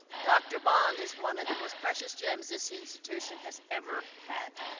dr. bond is one of the most precious gems this institution has ever had.